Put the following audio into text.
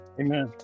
Amen